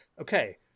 Okay